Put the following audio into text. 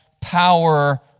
power